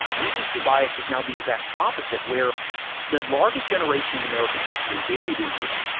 recency bias is now the exact opposite where the largest generation in american history, baby boomers,